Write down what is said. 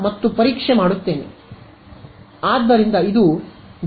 ಆದ್ದರಿಂದ ಇದು ಗ್ಯಾಲೆರ್ಕಿನ್ನ ವಿಧಾನವಾಗಿದೆGalerkin's method